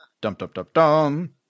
dum-dum-dum-dum